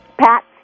Pat